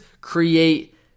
create